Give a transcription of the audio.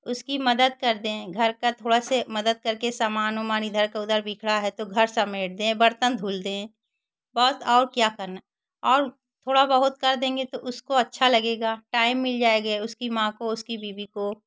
उसकी मदद कर दें घर का थोड़ा से मदद कर के समान उमान इधर का उधर बिखरा है तो घर समेट दें बर्तन धुल दे बस और क्या करना है और थोड़ा बहुत कर देंगे तो उसको अच्छा लगेगा टाइम मिल जाएगा उसकी माँ को उसकी बीवी को